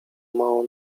małą